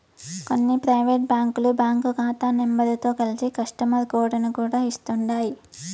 కొన్ని పైవేటు బ్యాంకులు బ్యాంకు కాతా నెంబరుతో కలిసి కస్టమరు కోడుని కూడా ఇస్తుండాయ్